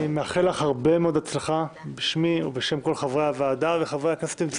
אני מאחל לך הרבה מאוד הצלחה בשמי ובשם כל חברי הוועדה וחברי הכנסת.